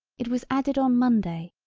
it was added on monday,